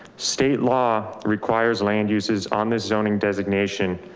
state law requires land uses on the zoning designation,